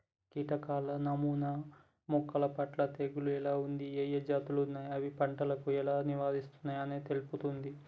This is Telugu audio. కీటకాల నమూనా మొక్కలపట్ల తెగులు ఎలా ఉంది, ఏఏ జాతులు ఉన్నాయి, అవి పంటకు ఎలా విస్తరిస్తున్నయి అనేది తెలుపుతుంది